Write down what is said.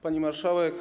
Pani Marszałek!